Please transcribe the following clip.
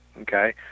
okay